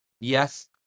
Yes